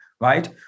Right